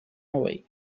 away